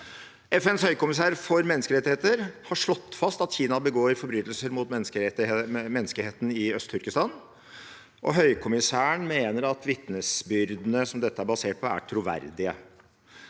FNs høykommissær for menneskerettigheter har slått fast at Kina begår forbrytelser mot menneskeheten i Øst-Turkestan. Høykommissæren mener at vitnesbyrdene som dette er basert på, er troverdige.